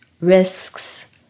risks